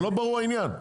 זה לא ברור העניין?